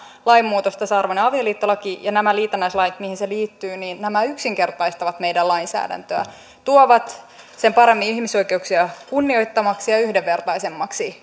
lainmuutos tasa arvoinen avioliittolaki ja nämä liitännäislait mihin se liittyy yksinkertaistavat meidän lainsäädäntöämme tuovat sen paremmin ihmisoikeuksia kunnioittavaksi ja yhdenvertaisemmaksi